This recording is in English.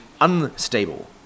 unstable